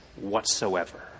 whatsoever